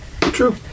True